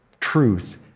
truth